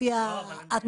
לפי האתר?